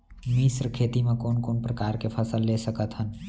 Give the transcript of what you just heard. मिश्र खेती मा कोन कोन प्रकार के फसल ले सकत हन?